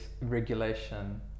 regulation